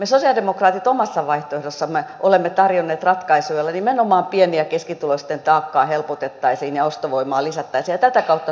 me sosialidemokraatit omassa vaihtoehdossamme olemme tarjonneet ratkaisuja joilla nimenomaan pieni ja keskituloisten taakkaa helpotettaisiin ja ostovoimaa lisättäisiin ja tätä kautta laitettaisiin talouden rattaita pyörimään